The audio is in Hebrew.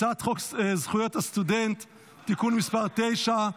הצעת חוק זכויות הסטודנט (תיקון מס' 9,